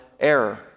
Error